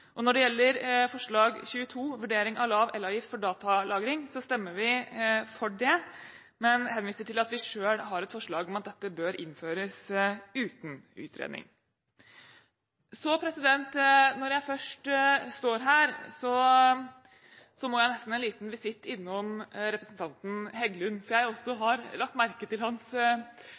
plastposeavgiften. Når det gjelder forslag til romertallsvedtak XXII, vurdering av lav elavgift for datalagring, stemmer vi for det, men henviser til at vi selv har et forslag om at dette bør innføres uten utredning. Når jeg først står her, må jeg nesten en liten visitt innom representanten Heggelund, for jeg har også lagt merke til hans